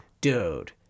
dude